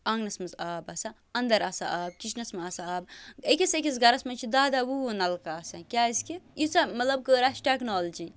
آنٛگنَس منٛز آب آسان اَنٛدَر آسان آب کِچنَس منٛز آسان آب أکِس أکِس گَرَس منٛز چھِ دَہ دَہ وُہ وُہ نَلکہٕ آسان کیٛازِکہِ ییٖژاہ مطلب کٔر اَسہِ ٹیکنالجی